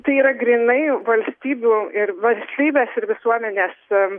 tai yra grynai valstybių ir valstybės ir visuomenės